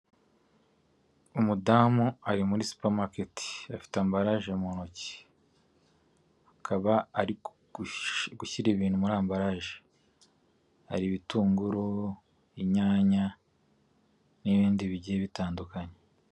Umudamu ari muri supamaketi afite ambarage mu ntoki, akaba gushyira ibintu muri ambarage hari ibitunguru, inyanya n'ibindi bigiye bitandukanye.